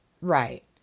right